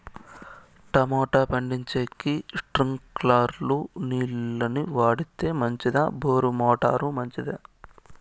Tomato పండించేకి స్ప్రింక్లర్లు నీళ్ళ ని వాడితే మంచిదా బోరు మోటారు మంచిదా?